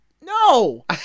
no